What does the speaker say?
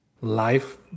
life